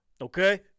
Okay